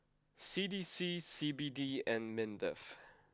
C D C C B D and Mindef